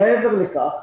מעבר לכך,